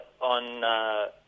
on